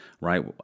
right